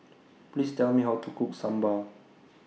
Please Tell Me How to Cook Sambar